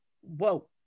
Whoa